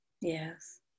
yes